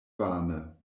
vane